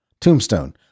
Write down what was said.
Tombstone